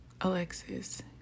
Alexis